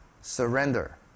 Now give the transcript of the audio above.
surrender